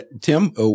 Tim